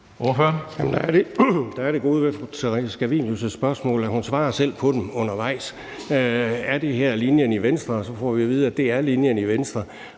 Der er det gode ved fru Theresa Scavenius' spørgsmål, at hun selv svarer på dem undervejs. Er det her linjen i Venstre? spørges der, og så får vi at vide, at det er linjen i Venstre.